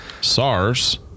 SARS